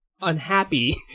unhappy